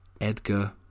Edgar